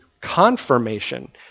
confirmation